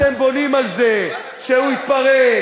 אתם בונים על זה שהוא יתפרק,